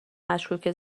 مشکوکه